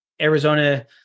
Arizona